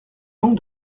donc